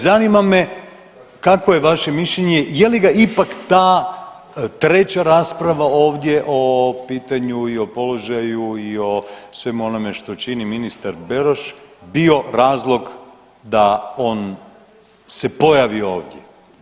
Zanima je kakvo je vaše mišljenje, je li ga ipak ta treća rasprava ovdje o pitanju i o položaju i o svemu onome što čini ministar Beroš bio razlog da on se pojavi ovdje?